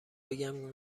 بگم